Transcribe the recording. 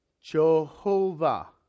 Jehovah